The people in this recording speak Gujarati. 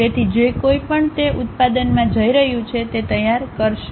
તેથી જે કોઈ પણ તે ઉત્પાદનમાં જઈ રહ્યું છે તે તૈયાર કરશે